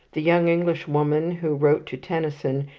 the young englishwoman who wrote to tennyson,